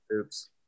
Oops